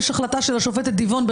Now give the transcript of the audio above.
ישנה החלטה של השופטת דיבון,